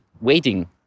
waiting